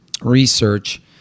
research